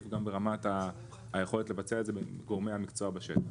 וגם ברמת היכולת לבצע את זה עם גורמי המקצוע בשטח.